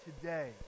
today